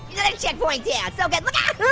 you know like checkpoint, yeah so good, look out!